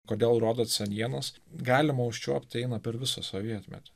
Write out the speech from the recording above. kodėl rodot senienas galima užčiuopti eina per visą sovietmetį